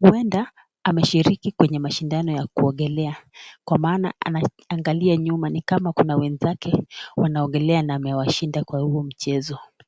Huenda ameshiriki kwenye mashindano ya kuogelea kwa maana anaangalia nyuma ni kama kuna wenzake wanaogelea na amewashinda kwa huo mchezo.